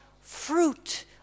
fruit